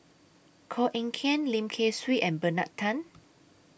Koh Eng Kian Lim Kay Siu and Bernard Tan